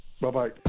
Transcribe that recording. bye-bye